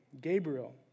Gabriel